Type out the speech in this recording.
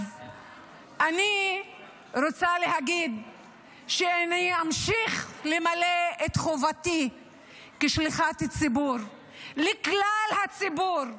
אז אני רוצה להגיד שאני אמשיך למלא את חובתי כשליחת ציבור לכלל הציבור,